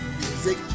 music